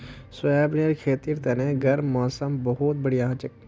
सोयाबीनेर खेतीर तने गर्म मौसमत बहुत बढ़िया हछेक